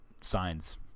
signs